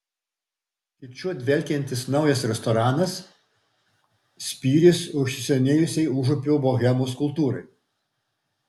kiču dvelkiantis naujas restoranas spyris užsisenėjusiai užupio bohemos kultūrai